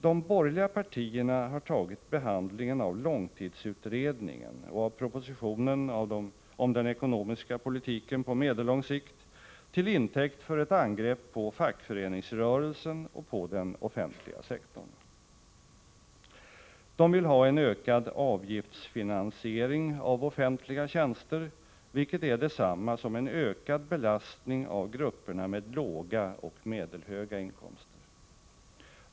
De borgerliga partierna har tagit behandlingen av långtidsutredningen och av propositionen om den ekonomiska politiken på medellång sikt till intäkt för ett angrepp på fackföreningsrörelsen och på den offentliga sektorn. De vill ha en ökad avgiftsfinansiering av offentliga tjänster, vilket är detsamma som en ökad belastning av grupperna med låga och medelhöga inkomster.